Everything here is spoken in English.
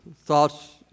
thoughts